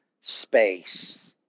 space